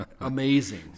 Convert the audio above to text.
amazing